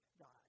God